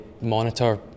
monitor